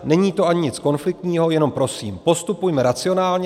Není to ani nic konfliktního, jenom prosím postupujme racionálně.